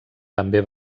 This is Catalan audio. també